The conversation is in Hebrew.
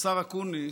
השר אקוניס,